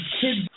kids